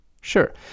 Sure